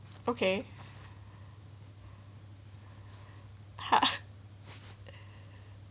okay